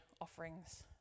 offerings